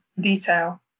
detail